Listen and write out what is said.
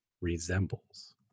resembles